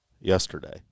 yesterday